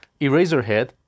Eraserhead